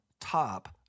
top